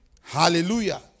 Hallelujah